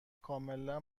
کاملا